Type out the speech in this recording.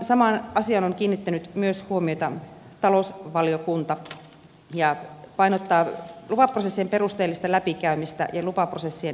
samaan asiaan on kiinnittänyt huomiota myös talousvaliokunta ja se painottaa lupaprosessien perusteellista läpikäymistä ja lupaprosessien virtaviivaistamista